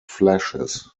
flashes